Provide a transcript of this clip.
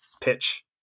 pitch